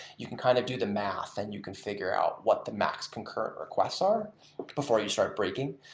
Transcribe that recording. you can kind of do the math and you can figure out what the max concurrent requests are before you start breaking.